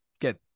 get